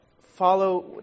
follow